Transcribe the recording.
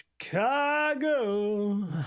Chicago